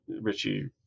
Richie